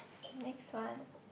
next one